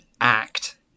act